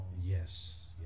Yes